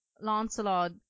Lancelot